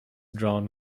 drawn